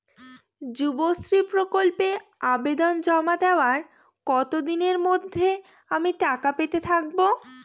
যুবশ্রী প্রকল্পে আবেদন জমা দেওয়ার কতদিনের মধ্যে আমি টাকা পেতে থাকব?